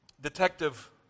detective